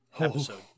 episode